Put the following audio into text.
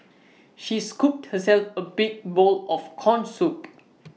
she scooped herself A big bowl of Corn Soup